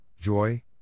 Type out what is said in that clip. joy